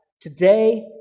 Today